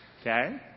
Okay